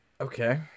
Okay